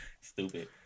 stupid